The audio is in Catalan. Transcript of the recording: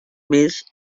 més